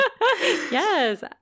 Yes